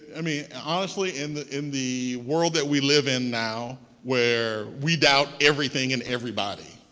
i mean, honestly in the in the world that we live in now where we doubt everything and everybody,